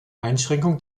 einschränkung